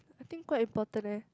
I think quite important eh